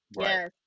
yes